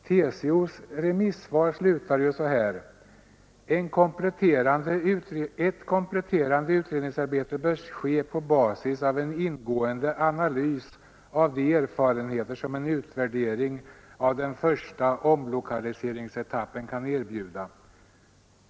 TCO:s remissvar slutar på följande sätt: ”Ett kompletterande utredningsarbete bör ske på basis av en ingående analys av de erfarenheter som en utvärdering av den första omlokaliseringsetappen kan erbjuda.